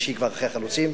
חמישי כבר אחרי החלוצים,